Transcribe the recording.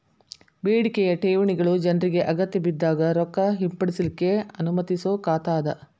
ಬೇಡಿಕೆಯ ಠೇವಣಿಗಳು ಜನ್ರಿಗೆ ಅಗತ್ಯಬಿದ್ದಾಗ್ ರೊಕ್ಕ ಹಿಂಪಡಿಲಿಕ್ಕೆ ಅನುಮತಿಸೊ ಖಾತಾ ಅದ